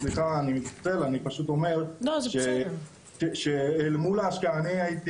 אני פשוט אומר שאל מול ההשקעה אני הייתי